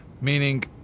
Meaning